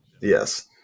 Yes